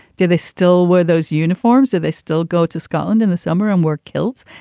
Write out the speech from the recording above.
do they still wear those uniforms or they still go to scotland in the summer and were killed?